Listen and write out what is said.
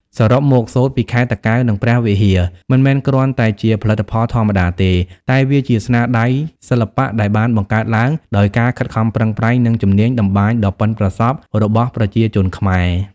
សរុបមក សូត្រពីខេត្តតាកែវ និងព្រះវិហារ មិនមែនគ្រាន់តែជាផលិតផលធម្មតាទេ តែវាជាស្នាដៃសិល្បៈដែលបានបង្កើតឡើងដោយការខិតខំប្រឹងប្រែង និងជំនាញតម្បាញដ៏ប៉ិនប្រសប់របស់ប្រជាជនខ្មែរ។